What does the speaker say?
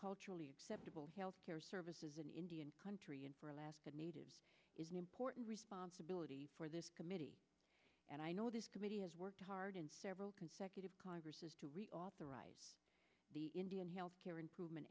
culturally acceptable health care services in indian country and for alaska native is an important responsibility for this committee and i know this committee has worked hard in several consecutive congresses to reauthorize the indian health care improvement